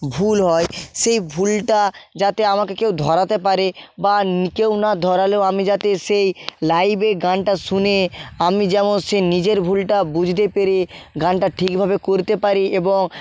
ভুল হয় সেই ভুলটা যাতে আমাকে কেউ ধরাতে পারে বা কেউ না ধরালেও আমি যাতে সেই লাইভে গানটা শুনে আমি যেমন সেই নিজের ভুলটা বুঝতে পেরে গানটা ঠিকভাবে করতে পারি এবং